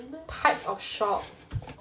types of shops